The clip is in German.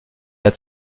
der